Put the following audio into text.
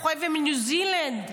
אנחנו חיים בניו זילנד.